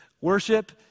Worship